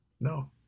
No